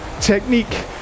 technique